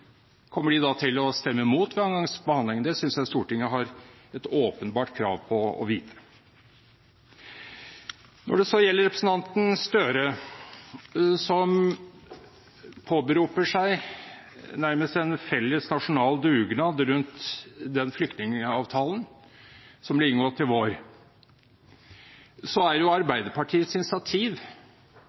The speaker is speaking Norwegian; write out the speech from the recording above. ved andre gangs behandling? Det synes jeg Stortinget har et åpenbart krav på å få vite. Når det så gjelder representanten Gahr Støre, som nærmest påberoper seg en felles nasjonal dugnad rundt den flyktningavtalen som ble inngått i vår, viste Arbeiderpartiets initiativ seg å være – vi skulle jo